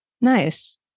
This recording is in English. Nice